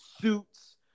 suits